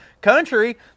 country